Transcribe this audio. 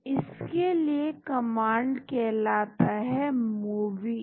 तो इसके लिए कमांड कहलाता है मूवी